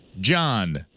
John